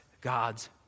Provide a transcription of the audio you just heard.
God's